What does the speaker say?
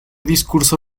discurso